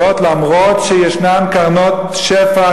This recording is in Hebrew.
זאת אף-על-פי שיש קרנות שפע,